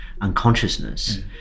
unconsciousness